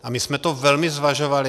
A my jsme to velmi zvažovali.